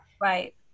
Right